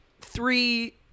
three